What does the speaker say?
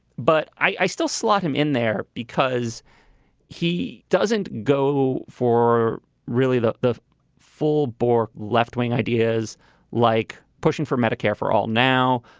but i still slot him in there because he doesn't go for really the full full bore left wing ideas like pushing for medicare for all. now,